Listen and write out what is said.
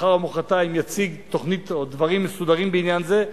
מחר או מחרתיים יציג תוכנית או דברים מסודרים בעניין זה.